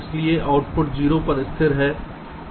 इसलिए आउटपुट 0 पर स्थिर है